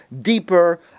deeper